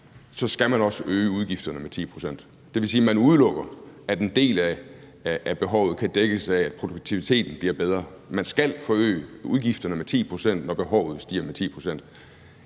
så skal man også øge udgifterne med 10 pct. Det vil sige, at man udelukker, at en del af behovet kan dækkes af, at produktiviteten bliver bedre. Man skal forøge udgifterne med 10 pct., når behovet stiger med 10